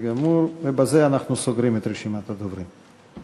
בזה אנחנו סוגרים את רשימת הדוברים.